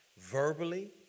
verbally